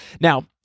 Now